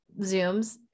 zooms